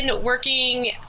working